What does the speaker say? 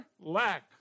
lack